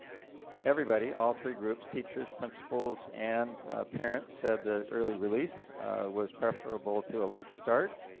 everybody, all three groups teachers, principals and parents said that early release was preferable to a late start.